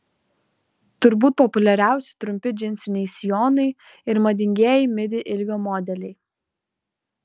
turbūt populiariausi trumpi džinsiniai sijonai ir madingieji midi ilgio modeliai